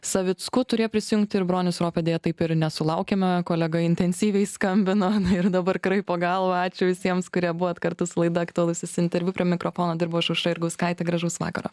savicku turėjo prisijungti ir bronis ropė deja taip ir nesulaukėme kolega intensyviai skambino na ir dabar kraipo galvą ačiū visiems kurie buvot kartu su laida aktualusis interviu prie mikrofono dirbu aš aušra jurgauskaitė gražaus vakaro